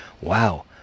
Wow